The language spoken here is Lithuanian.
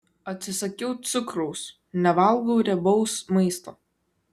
atsisakiau cukraus nevalgau riebaus maisto